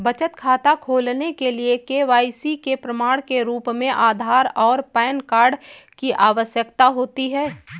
बचत खाता खोलने के लिए के.वाई.सी के प्रमाण के रूप में आधार और पैन कार्ड की आवश्यकता होती है